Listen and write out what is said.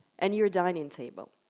and your dining table.